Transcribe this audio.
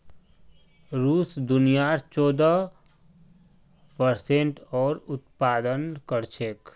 रूस दुनियार चौदह प्परसेंट जौर उत्पादन कर छेक